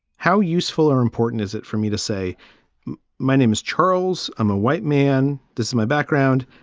how useful or important is it for me to say my name is charles, i'm a white man, does my background,